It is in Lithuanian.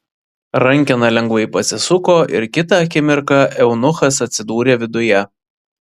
rankena lengvai pasisuko ir kitą akimirką eunuchas atsidūrė viduje